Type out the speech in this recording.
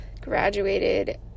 graduated